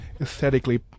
aesthetically